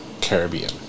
Caribbean